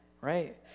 right